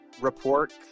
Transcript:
report